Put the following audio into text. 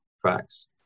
tracks